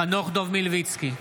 חנוך דב מלביצקי,